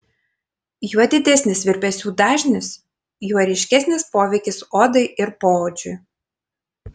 juo didesnis virpesių dažnis juo ryškesnis poveikis odai ir poodžiui